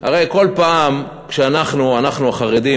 הרי כל פעם שאנחנו החרדים,